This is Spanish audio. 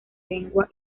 lengua